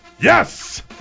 Yes